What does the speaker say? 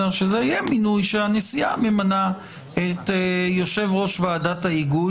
שזה יהיה מינוי של הנשיאה שממנה את יושב ראש ועדת ההיגוי